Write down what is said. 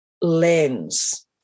lens